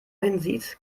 hinsieht